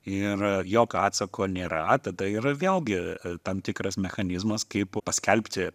ir jokio atsako nėra tada yra vėlgi tam tikras mechanizmas kaip paskelbti